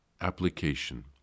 Application